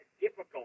difficult